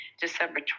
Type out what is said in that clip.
December